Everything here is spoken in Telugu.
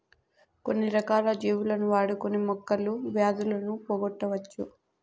కొన్ని రకాల జీవులను వాడుకొని మొక్కలు వ్యాధులను పోగొట్టవచ్చు